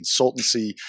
consultancy